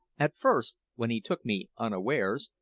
at first, when he took me unawares,